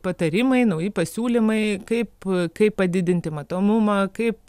patarimai nauji pasiūlymai kaip kaip padidinti matomumą kaip